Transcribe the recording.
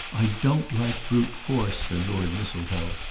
i don't like brute force, said lord mistletoe.